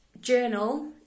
journal